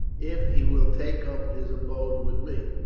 if he will take up his abode with me,